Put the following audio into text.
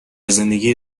زندگی